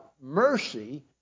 mercy